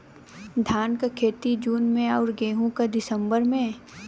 धान क खेती जून में अउर गेहूँ क दिसंबर में?